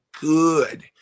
good